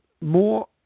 More